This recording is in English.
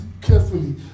carefully